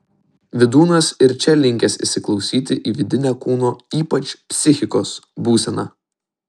vydūnas ir čia linkęs įsiklausyti į vidinę kūno ypač psichikos būseną